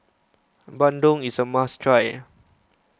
Bandung is a must try